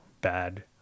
bad